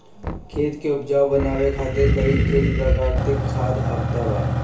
खेत के उपजाऊ बनावे खातिर कई ठे प्राकृतिक खाद आवत बा